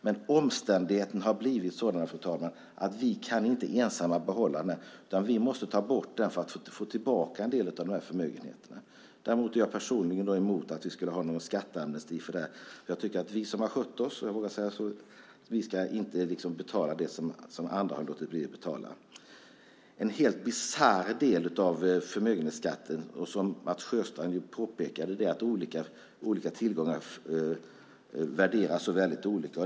Men omständigheterna har blivit sådana, fru talman, att vi inte ensamma kan behålla den. Vi måste ta bort den för att få tillbaka en del av förmögenheterna till Sverige. Däremot är jag personligen emot att ha en skatteamnesti. Jag tycker att vi som har skött oss - jag vågar säga så - inte ska betala det som andra har låtit bli att betala. En helt bisarr del av förmögenhetsskatten, och som Mats Sjöstrand påpekade, är att olika tillgångar värderas så olika.